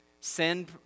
Sin